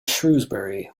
shrewsbury